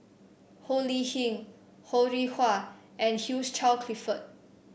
Ho Lee Ling Ho Rih Hwa and Hugh Charles Clifford